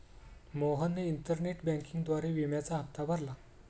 मोहनने इंटरनेट बँकिंगद्वारे विम्याचा हप्ता भरला